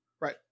Right